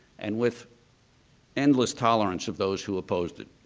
and with endless tolerance of those who opposed it.